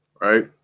Right